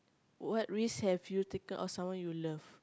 what risk have you taken oh sorry you love